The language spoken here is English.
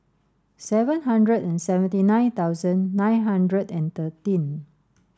seven hundred and seventy nine thousand nine hundred and thirteen